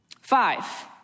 Five